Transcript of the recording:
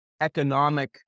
economic